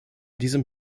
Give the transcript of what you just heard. diesem